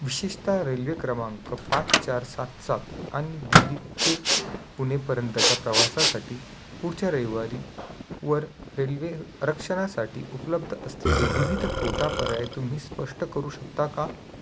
विशेषतः रेल्वे क्रमांक पाच चार सात सात आणि दिल्ली ते पुणेपर्यंतच्या प्रवासासाठी पुढच्या रविवारी वर रेल्वे रक्षणासाठी उपलब्ध असलेले विविध कोटा पर्याय तुम्ही स्पष्ट करू शकता का